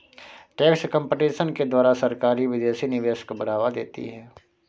tax competition के द्वारा सरकारी विदेशी निवेश को बढ़ावा देती है